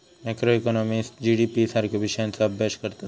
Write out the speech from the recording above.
macroeconomist GDP सारख्यो विषयांचा अभ्यास करतत